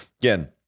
again